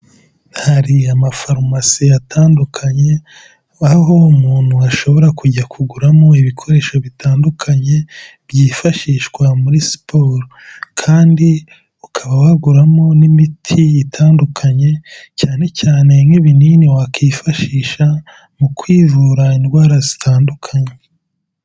Hari ama pharmacy atandukanye, aho umuntu ashobora kujya kuguramo ibikoresho bitandukanye byifashishwa muri siporo kandi ukaba waguramo n'imiti itandukanye cyane cyane nk'ibinini wakwifashisha mu kwivura indwara zitandukanye.